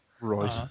Right